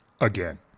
Again